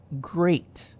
great